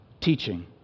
teaching